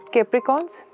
Capricorns